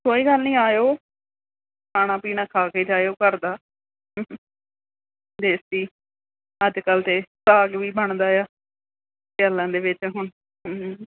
ਕੋਈ ਗੱਲ ਨਹੀਂ ਆਇਓ ਖਾਣਾ ਪੀਣਾ ਖਾ ਕੇ ਜਾਇਓ ਘਰ ਦਾ ਦੇਸੀ ਅੱਜ ਕੱਲ੍ਹ ਤਾਂ ਸਾਗ ਵੀ ਬਣਦਾ ਆ ਸਿਆਲਾਂ ਦੇ ਵਿੱਚ ਹੁਣ